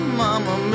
mama